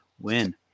win